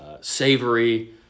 savory